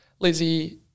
Lizzie